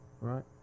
right